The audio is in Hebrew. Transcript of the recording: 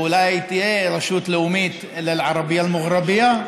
ואולי תהיה רשות לאומית אל-ערבייה אל-מוגרבייה.